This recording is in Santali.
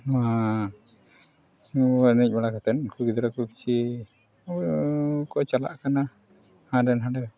ᱱᱚᱣᱟ ᱮᱱᱮᱡ ᱵᱟᱲᱟ ᱠᱟᱛᱮᱫ ᱩᱱᱠᱩ ᱜᱤᱫᱽᱨᱟᱹ ᱠᱚ ᱠᱤᱪᱷᱩ ᱠᱚ ᱪᱟᱞᱟᱜ ᱠᱟᱱᱟ ᱦᱟᱸᱰᱮ ᱱᱟᱸᱰᱮ